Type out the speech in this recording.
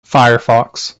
firefox